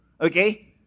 okay